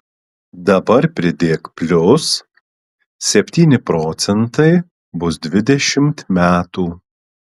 dabar pridėk plius septyni procentai bus dvidešimt metų